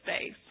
space